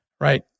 right